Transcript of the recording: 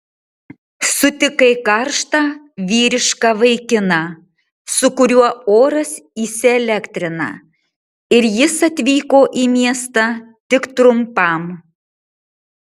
sutikai karštą vyrišką vaikiną su kuriuo oras įsielektrina ir jis atvyko į miestą tik trumpam